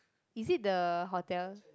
is it the hotel